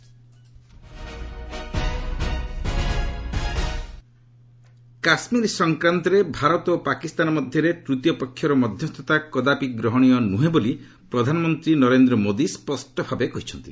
PM Trump Kashmir ସଂକ୍ରାନ୍ତରେ ଭାରତ ଓ ପାକିସ୍ତାନ ମଧ୍ୟରେ ତୂତୀୟପକ୍ଷର ମଧ୍ୟସ୍ଥତା କଦାପି ଗ୍ରହଣୀୟ ନୁହେଁ ବୋଲି ପ୍ରଧାନମନ୍ତ୍ରୀ ନରେନ୍ଦ୍ର ମୋଦି ସ୍ୱଷ୍ଟ ଭାବେ କହିଛନ୍ତି